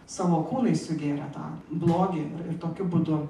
savo kūnais sugėrė tą blogį ir ir tokiu būdu